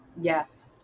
yes